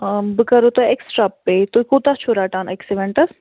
آ بہٕ کَرہو تۄہہِ ایکٕسٹرا پےٚ تُہۍ کوٗتاہ چھُو رَٹان أکِس اِوَنٹَس